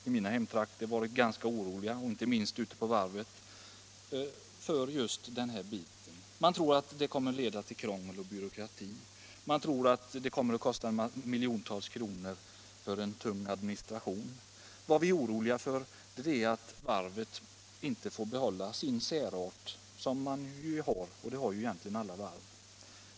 I mina hemtrakter — och inte minst ute på varvet — har vi varit oroliga därför att vi fruktat för att analysgruppens förslag skulle leda till krångel och byråkrati samt att förslagens genomförande skulle kosta miljontals kronor för en tung administration. Vi är också oroliga för att Uddevallavarvet inte får behålla den särart som det nu har — och som egentligen alla varv har.